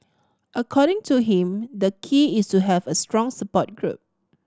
according to him the key is to have a strong support group